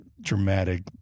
dramatic